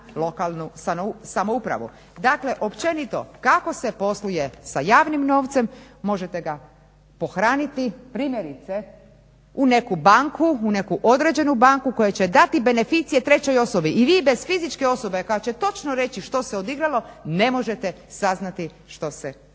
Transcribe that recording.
lokalnu samoupravu. Dakle, općenito kako se posluje sa javnim novcem, možete ga pohraniti, primjerice u neku banku, u neku određenu banku koja će dati beneficije trećoj osobi. I vi bez fizičke osobe koja će točno reći što se odigralo ne možete saznati što se radilo.